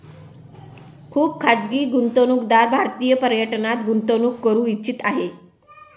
खुप खाजगी गुंतवणूकदार भारतीय पर्यटनात गुंतवणूक करू इच्छित आहे